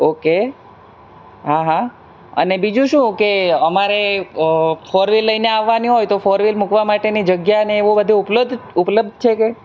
okay હં હં અને બીજું શું કે અમારે ફોર વિલ લઈને આવવાની હોય તો ફોર વિલ મૂકવા માટેની જગ્યાને એવું બધું ઉપલબ્ધ છે કંઈ